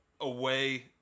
away